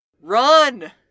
Run